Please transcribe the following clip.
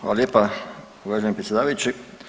Hvala lijepa uvaženi predsjedavajući.